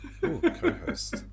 Co-host